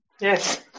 Yes